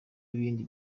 ibindi